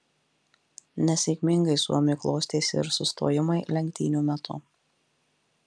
nesėkmingai suomiui klostėsi ir sustojimai lenktynių metu